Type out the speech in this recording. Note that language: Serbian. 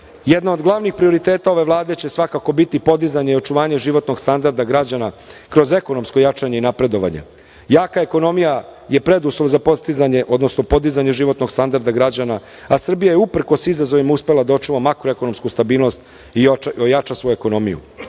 od glavnih prioriteta ove Vlade će svakako biti podizanje i očuvanje životnog standarda građana, kroz ekonomsko jačanje i napredovanje. Jaka ekonomija je preduslov za podizanje životnog standarda građana, a Srbija je, uprkos izazovima, uspela da očuva makroekonomsku stabilnost i ojača svoju ekonomiju.